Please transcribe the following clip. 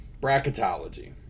Bracketology